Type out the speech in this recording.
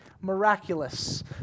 miraculous